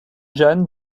jeanne